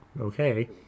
okay